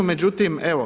Međutim, evo.